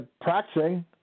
practicing